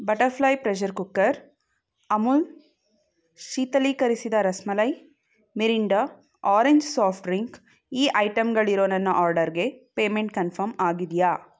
butterfly pressure cooker Amul ಶೀತಲೀಕರಿಸಿದ rasmalai Mirinda orange soft drink ಈ ಐಟಮ್ಗಳಿರೊ ನನ್ನ ಆರ್ಡರ್ಗೆ ಪೇಮೆಂಟ್ ಕನ್ಫರ್ಮ್ ಆಗಿದೆಯಾ